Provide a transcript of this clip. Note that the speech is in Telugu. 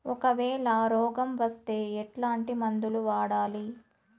ఒకవేల రోగం వస్తే ఎట్లాంటి మందులు వాడాలి?